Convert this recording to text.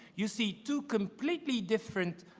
you see two completely different